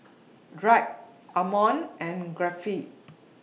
Drake Ammon and Griffith